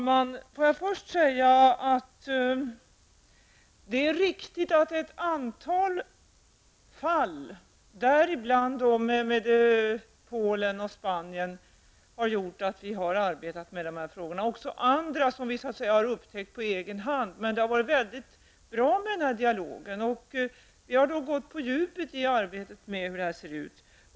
Herr talman! Först vill jag säga att det är riktigt att ett antal fall, däribland i Polen och Spanien, har gjort att vi har arbetat med dessa frågor, liksom andra frågor som vi har upptäckt på egen hand. Det är väldigt bra med denna dialog. Vi har gått på djupet i arbetet med det här.